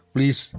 Please